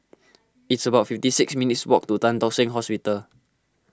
it's about fifty six minutes' walk to Tan Tock Seng Hospital